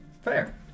Fair